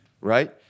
right